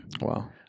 Wow